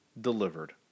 delivered